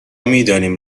میدانیم